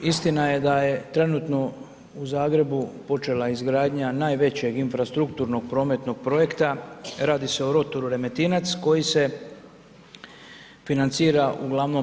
Istina je da je trenutno u Zagreba počela izgradnja najvećeg infrastrukturnog prometnog projekta, radi se o rotoru Remetinec, koji se financira ugl.